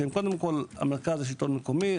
שהם קודם כל מרכז השלטון המקומי,